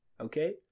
Okay